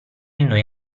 noi